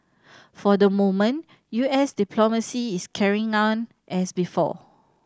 for the moment U S diplomacy is carrying on as before